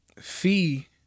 fee